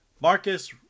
marcus